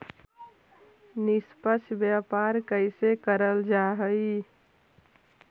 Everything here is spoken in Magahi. निष्पक्ष व्यापार कइसे करल जा हई